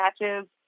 matches